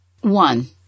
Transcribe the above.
one